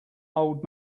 old